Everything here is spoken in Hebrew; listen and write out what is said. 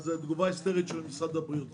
זאת תגובה היסטרית של משרד הבריאות.